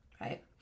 right